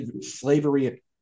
slavery